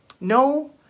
No